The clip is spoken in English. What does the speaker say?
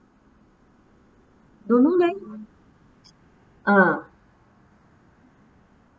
don't know leh ah